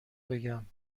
بگم